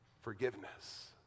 forgiveness